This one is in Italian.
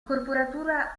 corporatura